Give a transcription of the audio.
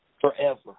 forever